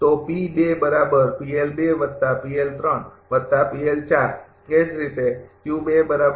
તો એ જ રીતે બરાબર